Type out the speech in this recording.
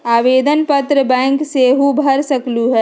आवेदन पत्र बैंक सेहु भर सकलु ह?